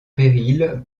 péril